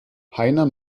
heiner